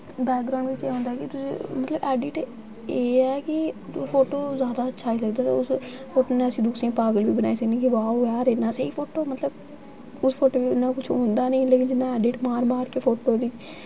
background बिच एह् होंदा कि तुस मतलब ऐडिट इ'यै कि तुस फोटू जैदा अच्छा आई लगदा ते तुस फुटनैस बुकसिंग पावर बी बनाई सकने कि वाह् यार इन्ना स्हेई फोटू मतलब उस फोटू च इन्ना कुछ होंदा नेईं लेकिन जिन्ना ऐडिट मार मार के फोटू बी